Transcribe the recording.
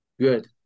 Good